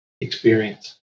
experience